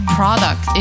product